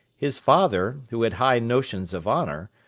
his father, who had high notions of honour,